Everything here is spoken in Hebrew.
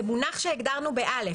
זה מונח שהגדרנו ב- (א).